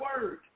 word